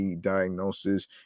diagnosis